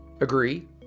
agree